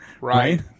Right